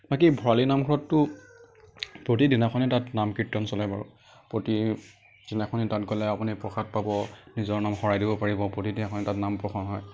বাকী ভৰালী নামঘৰততো প্ৰতি দিনাখনেই তাত নাম কীৰ্ত্তন চলে বাৰু প্ৰতি দিনাখনে তাত গ'লে আপুনি প্ৰসাদ পাব নিজৰ নামত শৰাই দিব পাৰিব প্ৰতি দিনাখনে তাত নাম প্ৰসংগ হয়